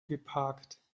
geparkt